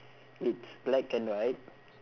it's black and white